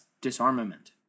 disarmament